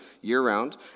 year-round